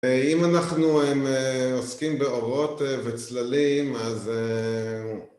אם אנחנו עוסקים באורות וצללים אז